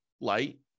light